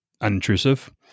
unintrusive